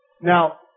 Now